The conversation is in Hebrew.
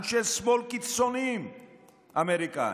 אנשי שמאל קיצונים אמריקאים,